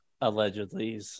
allegedly